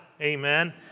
Amen